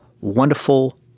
wonderful